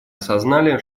осознали